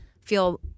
feel